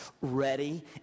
ready